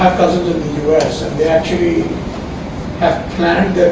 us and they actually have planned